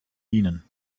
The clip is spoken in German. dienen